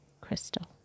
crystal